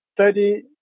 study